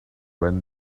when